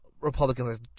Republicans